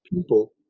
people